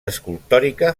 escultòrica